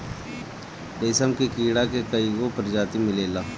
रेशम के कीड़ा के कईगो प्रजाति मिलेला